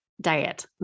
diet